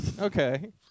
Okay